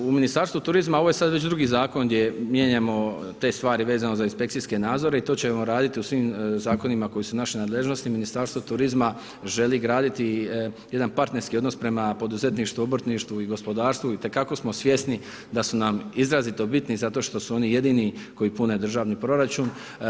U Ministarstvu turizma, ovo je sada već 2 zakon, gdje mijenjamo te stvari vezano uz inspekcijske nazore i to ćemo raditi u svim zakonima, koje su u naše nadležnosti, Ministarstvo turizma, želi graditi jedan partnerski odnos prema poduzetništvu, obrtništvu i gospodarstvu itekako smo svjesni, da su nam izrazito bitni, zato što su oni jedini koji pune državni proračun.